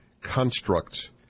constructs